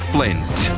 Flint